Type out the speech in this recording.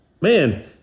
man